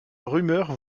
rumeur